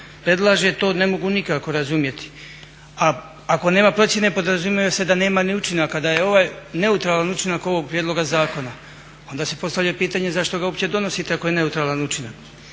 predlaže to ne mogu nikako razumjeti. A ako nema procjene podrazumijeva se da nema ni učinaka, da je ovaj neutralan učinak ovog prijedloga zakona. Onda se postavlja pitanje zašto ga uopće donosite ako je neutralan učinak.